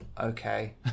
okay